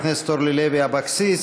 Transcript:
תודה לחברת הכנסת אורלי לוי אבקסיס.